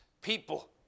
people